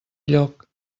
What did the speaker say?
lloc